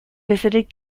visited